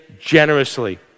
generously